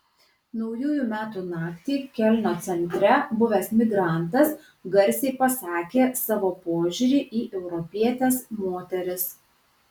naujųjų metų naktį kelno centre buvęs migrantas garsiai pasakė savo požiūrį į europietes moteris